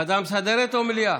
ועדה מסדרת או מליאה?